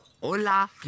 Hola